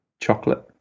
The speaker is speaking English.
Chocolate